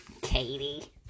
Katie